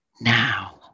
now